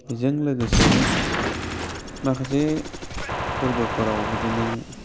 बेजों लोगोसे माखासे फोरबोफोराव बिदिनो